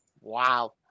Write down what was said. Wow